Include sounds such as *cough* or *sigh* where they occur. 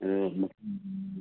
*unintelligible*